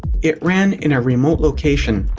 it ran in a remote location.